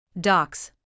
Docs